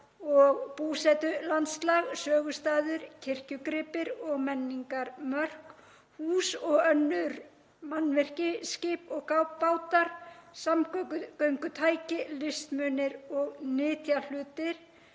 og búsetulandslag, sögustaðir, kirkjugripir og minningarmörk, hús og önnur mannvirki, skip og bátar, samgöngutæki, listmunir og nytjahlutir,